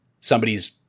somebody's